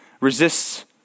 resists